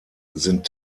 sind